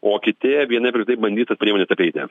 o kiti vienaip ar kitaip bandys tas priemones apeiti